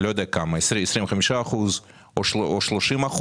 אני לא יודע לכמה, אם ל-25% או 30%,